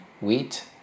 Wheat